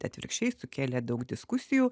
atvirkščiai sukėlė daug diskusijų